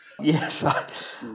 Yes